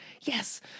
yes